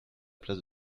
place